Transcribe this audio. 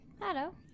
Hello